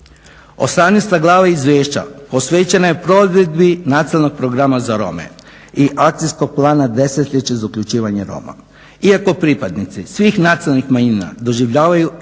18 glava izvješća posvećena je provedbi Nacionalnog programa za Rome i Akcijskog plana Desetljeće za uključivanje Roma. Iako pripadnici svih nacionalnih manjina doživljavaju